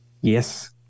Yes